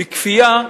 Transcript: בכפייה.